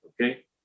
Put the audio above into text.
Okay